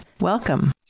Welcome